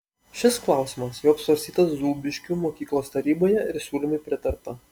šis klausimas jau apsvarstytas zūbiškių mokyklos taryboje ir siūlymui pritarta